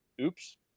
oops